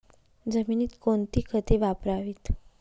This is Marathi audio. जमिनीत कोणती खते वापरावीत?